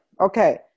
okay